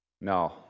No